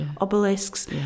obelisks